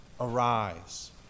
arise